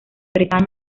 bretaña